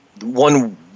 One